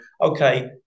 okay